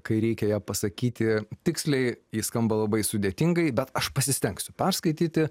kai reikia ją pasakyti tiksliai ji skamba labai sudėtingai bet aš pasistengsiu perskaityti